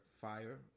fire